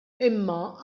imma